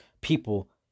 people